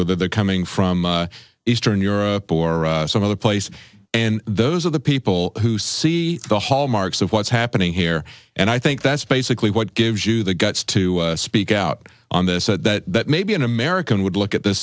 whether they're coming from eastern europe or some other place and those are the people who see the hallmarks of what's happening here and i think that's basically what gives you the guts to speak out on this that maybe an american would look at the